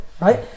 right